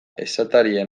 esatarien